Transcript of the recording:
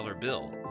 bill